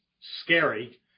scary